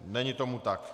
Není tomu tak.